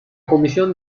comisión